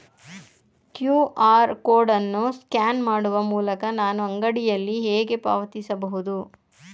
QR code ಅನ್ನು scan ಮಾಡುವ ಮೂಲಕ ನಾನು ಅಂಗಡಿಯಲ್ಲಿ ಹೇಗೆ ಪಾವತಿಸಬಹುದು?